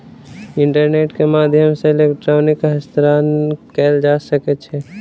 internet के माध्यम सॅ इलेक्ट्रॉनिक हस्तांतरण कयल जा सकै छै